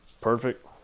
perfect